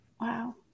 Wow